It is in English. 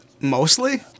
mostly